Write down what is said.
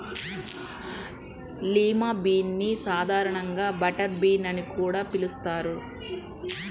lima bean ని సాధారణంగా butter bean అని కూడా పిలుస్తారు